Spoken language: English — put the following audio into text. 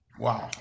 Wow